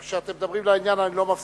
כשאתם מדברים לעניין אני לא מפסיק,